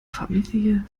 familie